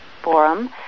forum